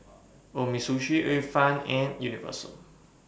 Umisushi Ifan and Universal